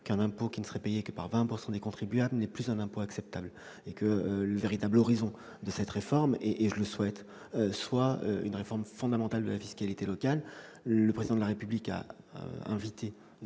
qu'un impôt qui ne serait payé que par 20 % des contribuables n'est plus un impôt acceptable. Le véritable horizon de cette réforme, que je souhaite, est une réforme fondamentale de la fiscalité locale. Le Président de la République a invité